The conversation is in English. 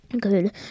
good